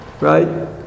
right